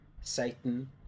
Satan